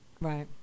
Right